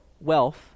wealth